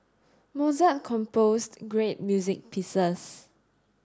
Mozart composed great music pieces